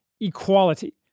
equality